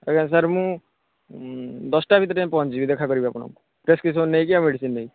ଆଜ୍ଞା ସାର୍ ମୁଁ ଦଶଟା ଭିତରେ ଯାଇ ପହଞ୍ଚିଯିବି ଦେଖା କରିବାକୁ ଆପଣଙ୍କୁ ପ୍ରେସ୍କ୍ରିପସନ୍ ନେଇକି ଆଉ ମେଡ଼ିସିନ୍ ନେଇକି